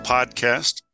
Podcast